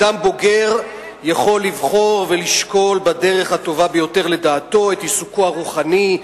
אדם בוגר יכול לבחור ולשקול בדרך הטובה ביותר לדעתו את עיסוקו הרוחני,